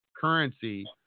currency